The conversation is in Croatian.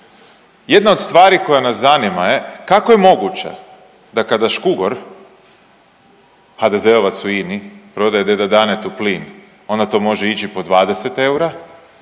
Jedna od stvari koja nas zanima je kako je moguće da kada Škugor HDZ-ovac u INA-i prodaje deda Danetu plin onda to može ići po 20 eura,